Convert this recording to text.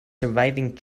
surviving